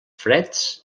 freds